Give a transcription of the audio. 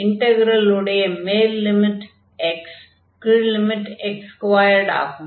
இன்டக்ரலுடைய மேல் limit x கீழ் limit x2 ஆகும்